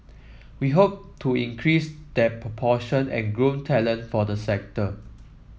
we hope to increase that proportion and groom talent for the sector